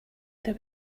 there